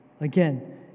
Again